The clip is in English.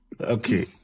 Okay